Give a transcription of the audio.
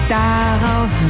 darauf